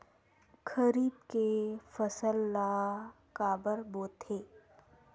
खरीफ के फसल ला काबर बोथे?